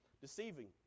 deceiving